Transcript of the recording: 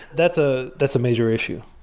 that's ah that's a major issue.